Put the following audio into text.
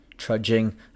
Trudging